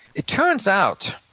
it turns out,